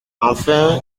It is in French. enfin